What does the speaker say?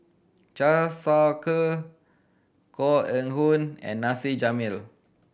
Siew Shaw Her Koh Eng Hoon and Nasir Jalil